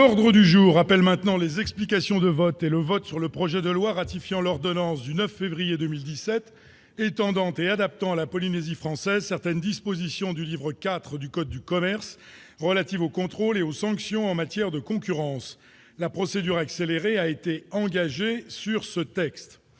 L'ordre du jour appelle les explications de vote et le vote sur le projet de loi ratifiant l'ordonnance n° 2017-157 du 9 février 2017 étendant et adaptant à la Polynésie française certaines dispositions du livre IV du code de commerce relatives aux contrôles et aux sanctions en matière de concurrence. La procédure accélérée a été engagée sur ce texte.